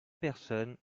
personnes